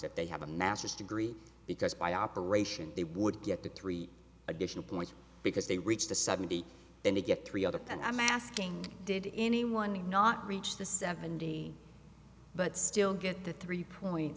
that they have a master's degree because by operation they would get the three additional points because they reached the seventy then they get three other and i'm asking did anyone not reach the seventy but still get the three point